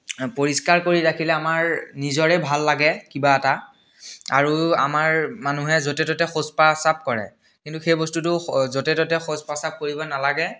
পৰিষ্কাৰ কৰি ৰাখিলে আমাৰ নিজৰে ভাল লাগে কিবা এটা আৰু আমাৰ মানুহে য'তে ত'তে শৌচ পাচাপ কৰে কিন্তু সেই বস্তুটো য'তে ত'তে শৌচ পাচাপ কৰিব নালাগে